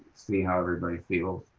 see how everybody feels,